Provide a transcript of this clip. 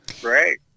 Great